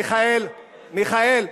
מיכאל,